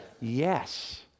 Yes